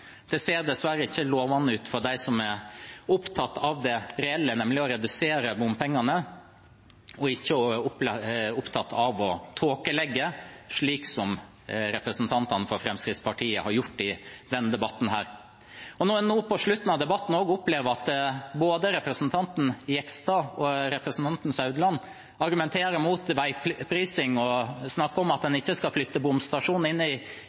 Det ser dessverre ikke lovende ut for dem som er opptatt av det reelle, nemlig å redusere bompengene, og ikke er opptatt av å tåkelegge, slik som representantene fra Fremskrittspartiet har gjort i denne debatten. Nå på slutten av debatten opplever en også at både representanten Jegstad og representanten Meininger Saudland argumenterer mot veiprising og snakker om at en ikke skal flytte bomstasjoner inn i